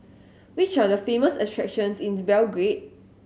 which are the famous attractions in Belgrade